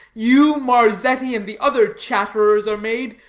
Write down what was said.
you, marzetti, and the other chatterers are made,